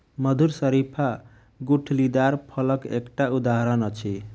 मधुर शरीफा गुठलीदार फलक एकटा उदहारण अछि